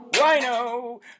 Rhino